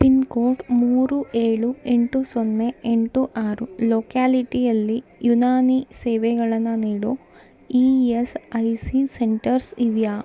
pin code ಮೂರು ಏಳು ಎಂಟು ಸೊನ್ನೆ ಎಂಟು ಆರು ಲೊಕ್ಯಾಲಿಟಿಯಲ್ಲಿ ಯುನಾನಿ ಸೇವೆಗಳನ್ನು ನೀಡೋ E S I C centres ಇವೆಯಾ